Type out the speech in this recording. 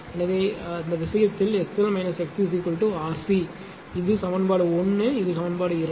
எனவே அந்த விஷயத்தில் XL XC RC இது சமன்பாடு 1 இது சமன்பாடு 2